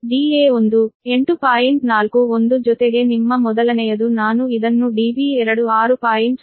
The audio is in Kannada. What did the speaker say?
41 ಜೊತೆಗೆ ನಿಮ್ಮ ಮೊದಲನೆಯದು ನಾನು ಇದನ್ನು Db2 6